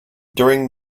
during